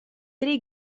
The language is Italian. tre